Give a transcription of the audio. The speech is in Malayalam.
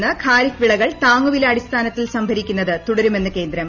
നിന്ന് ഖാരിഫ് വിളകൾ താങ്ങുവില അടിസ്ഥാനത്തിൽ സംഭരിക്കുന്നത് തുടരുമെന്ന് കേന്ദ്രം